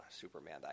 Superman